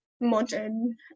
modern